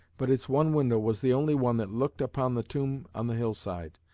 but its one window was the only one that looked upon the tomb on the hillside,